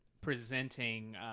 presenting –